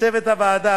לצוות הוועדה,